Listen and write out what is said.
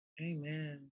Amen